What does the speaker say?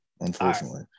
unfortunately